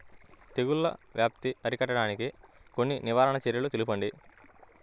తెగుళ్ల వ్యాప్తి అరికట్టడానికి కొన్ని నివారణ చర్యలు తెలుపండి?